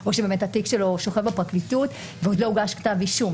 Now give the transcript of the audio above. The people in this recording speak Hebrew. או שהתיק שלו שוכב בפרקליטות ועדיין לא הוגש כתב אישום.